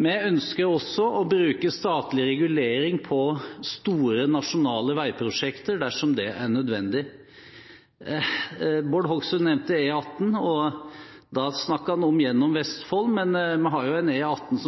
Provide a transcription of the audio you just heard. Vi ønsker også å bruke statlig regulering på store nasjonale veiprosjekter dersom det er nødvendig. Bård Hoksrud nevnte E18, og da snakket han om E18 gjennom Vestfold. Men vi har jo en E18